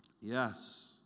Yes